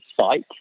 site